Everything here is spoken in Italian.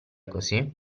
così